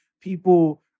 People